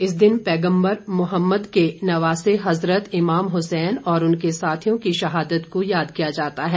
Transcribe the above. इस दिन पैगंबर मुहम्मद के नवासे हजरत इमाम हुसैन और उनके साथियों की शहादत को याद किया जाता है